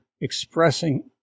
expressing